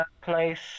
place